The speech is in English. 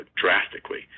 drastically